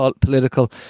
political